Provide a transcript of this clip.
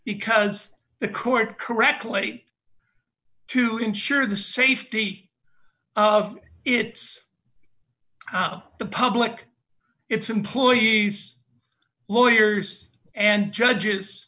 because the court correct late to ensure the safety of its the public its employees lawyers and judges